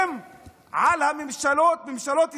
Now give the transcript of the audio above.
הם על הממשלות, ממשלות ישראל,